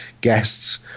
guests